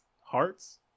hearts